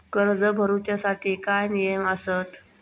कर्ज भरूच्या साठी काय नियम आसत?